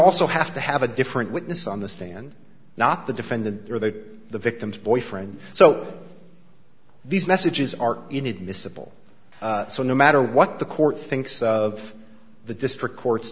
also have to have a different witness on the stand not the defendant or the the victim's boyfriend so these messages are inadmissible so no matter what the court thinks of the district court's